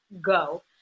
go